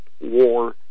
war